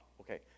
okay